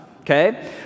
okay